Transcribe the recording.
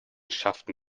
schafften